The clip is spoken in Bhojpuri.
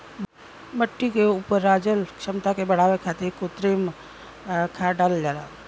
मट्टी के उपराजल क्षमता के बढ़ावे खातिर कृत्रिम खाद डालल जाला